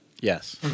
Yes